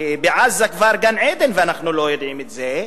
שבעזה כבר גן-עדן ואנחנו לא יודעים את זה,